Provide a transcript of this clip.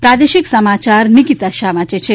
પ્રાદેશિક સમાયાર નીકીતા શાહ વાંચે છે